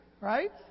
right